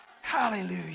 hallelujah